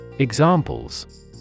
Examples